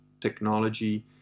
technology